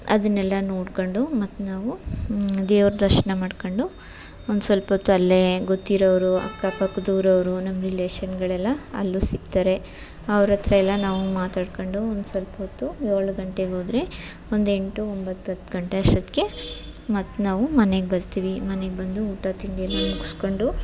ಅದನ್ನೆಲ್ಲ ನೋಡ್ಕೊಂಡು ಮತ್ತೆ ನಾವು ದೇವ್ರ ದರ್ಶನ ಮಾಡ್ಕೊಂಡು ಒಂದು ಸ್ವಲ್ಪಹೊತ್ತು ಅಲ್ಲೇ ಗೊತ್ತಿರೋವ್ರು ಅಕ್ಕಪಕ್ಕದ ಊರವರು ನಮ್ಮ ರಿಲೇಷನ್ಗಳೆಲ್ಲ ಅಲ್ಲೂ ಸಿಗ್ತಾರೆ ಅವ್ರತ್ತಿರ ಎಲ್ಲ ನಾವು ಮಾತಾಡ್ಕೊಂಡು ಒಂದು ಸ್ವಲ್ಪಹೊತ್ತು ಏಳು ಗಂಟೆಗೆ ಹೋದರೆ ಒಂದು ಎಂಟು ಒಂಬತ್ತು ಹತ್ತು ಗಂಟೆ ಅಷ್ಟೊತ್ತಿಗೆ ಮತ್ತೆ ನಾವು ಮನೆಗೆ ಬರ್ತೀವಿ ಮನೆಗೆ ಬಂದು ಊಟ ತಿಂಡಿಯೆಲ್ಲ ಮುಗಿಸ್ಕೊಂಡು